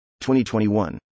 2021